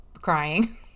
crying